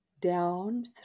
down